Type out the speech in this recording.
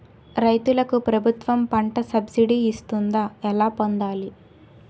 రైతులకు ప్రభుత్వం పంట సబ్సిడీ ఇస్తుందా? ఎలా పొందాలి?